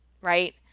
Right